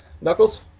Knuckles